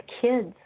kids